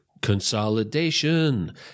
Consolidation